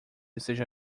seja